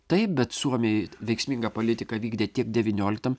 taip bet suomiai veiksmingą politiką vykdė tiek devynioliktam